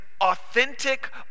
authentic